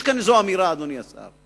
יש כאן איזושהי אמירה, אדוני השר.